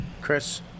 Chris